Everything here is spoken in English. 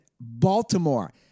Baltimore